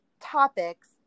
topics